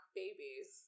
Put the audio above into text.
babies